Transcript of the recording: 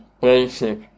basic